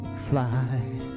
fly